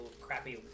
crappy